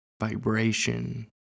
Vibration